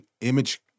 image